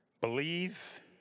Believe